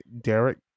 Derek